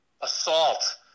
assault